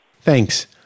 Thanks